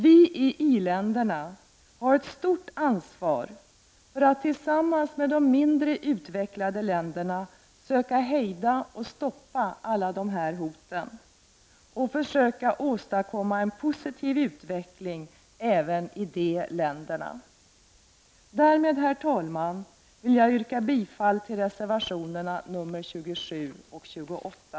Vi i i-länderna har ett stort ansvar för att vi tillsammans med de mindre utvecklade länderna försöker hejda och stoppa alla de här hoten och försöker åstadkomma en positiv utveckling även i de länderna. Därmed, herr talman, vill jag yrka bifall till reservationerna nr 27 och nr 28.